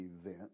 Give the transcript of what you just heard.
event